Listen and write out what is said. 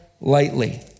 lightly